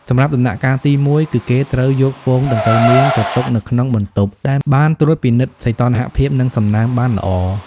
សម្រាប់ដំណាក់កាលទី១ គឺគេត្រូវយកពងដង្កូវនាងទៅទុកនៅក្នុងបន្ទប់ដែលបានត្រួតពិនិត្យសីតុណ្ហភាព និងសំណើមបានល្អ។